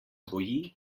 boji